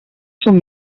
són